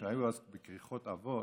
שהיו אז בכריכות עבות,